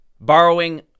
borrowing